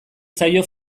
zaio